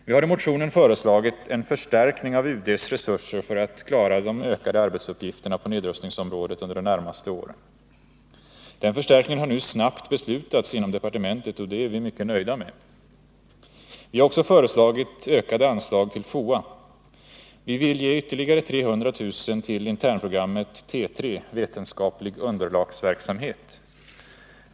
Vi hari motionen föreslagit en förstärkning av UD:s resurser för att klara de ökade arbetsuppgifterna på nedrustningsområdet under de närmaste åren. Den förstärkningen har nu snabbt beslutats inom departementet, och det är vi mycket nöjda med. Vi har också föreslagit ökade anslag till FOA. Vi vill ge ytterligare 300 000 kr. till internprogrammet T3 Vetenskaplig underlagsverksamhet.